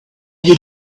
you